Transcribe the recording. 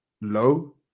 low